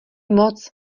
moc